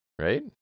Right